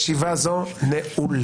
ישיבה זו נעולה.